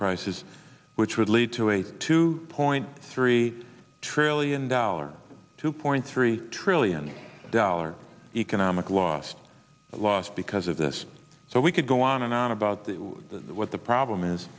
prices which would lead to a two point three trillion dollars two point three trillion dollars economic lost loss because of this so we could go on and on about what the problem is